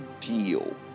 deal